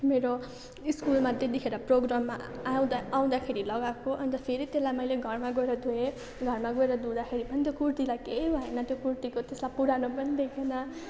मेरो स्कुलमा त्यतिखेर प्रोग्राममा आउँदा आउँदाखेरि लगाएको अन्त फेरि त्यसलाई मैले घरमा गएर धोएँ घरमा गएर धुँदाखेरि पनि त्यो कुर्तीलाई केही भएन त्यो कुर्तीको त्यसलाई पुरानो पनि देखिएन